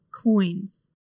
coins